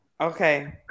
okay